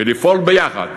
לפעול ביחד